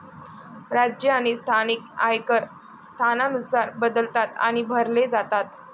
राज्य आणि स्थानिक आयकर स्थानानुसार बदलतात आणि भरले जातात